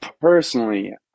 Personally